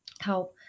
help